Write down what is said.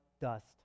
dust